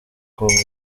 kurwana